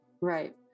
right